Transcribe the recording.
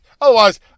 Otherwise